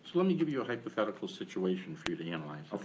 so let me give you a hypothetical situation for you to analyze.